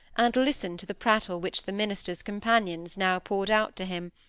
and listened to the prattle which the minister's companions now poured out to him,